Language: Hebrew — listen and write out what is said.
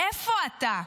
איפה אתה?